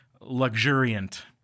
luxuriant